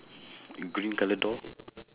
green colour door